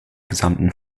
gesamten